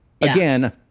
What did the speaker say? Again